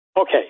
Okay